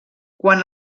quan